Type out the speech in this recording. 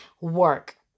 work